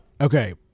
Okay